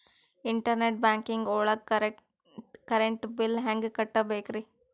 Internet banking ಒಳಗ್ current bill ಹೆಂಗ್ ಕಟ್ಟ್ ಬೇಕ್ರಿ?